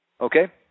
Okay